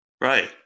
Right